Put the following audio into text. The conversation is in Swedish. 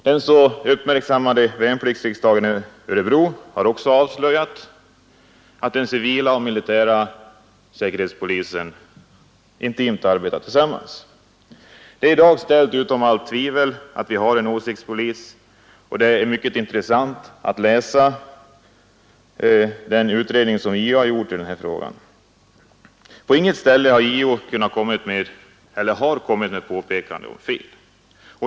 Den så uppmärksammade värnpliktsriksdagen i Örebro har också avslöjat att den civila och militära säkerhetspolisen intimt arbetar tillsammans. Det är i dag ställt utom allt tvivel att vi har en åsiktspolis, och det är mycket intressant att läsa den utredning som JO har gjort i den här frågan. På inget ställe har JO kommit med påpekande om fel.